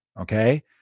Okay